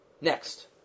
Next